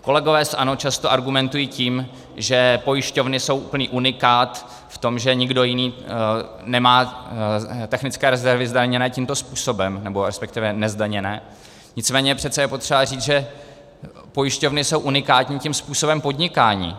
Kolegové z ANO často argumentují tím, že pojišťovny jsou úplný unikát v tom, že nikdo jiný nemá technické rezervy zdaněné tímto způsobem, nebo resp. nezdaněné, nicméně přece je potřeba říct, že pojišťovny jsou unikátní tím způsobem podnikání.